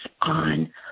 on